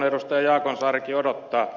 jaakonsaarikin odottaa